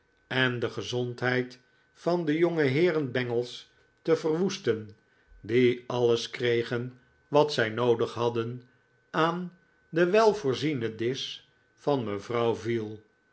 en de gezondheid van de jongeheeren bangles te verwoesten die alles kregen wat zij noodig hadden aan den welvoorzienen disch van mevrouw veal